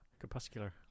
Crepuscular